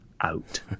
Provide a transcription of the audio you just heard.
out